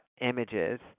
images